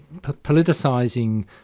politicising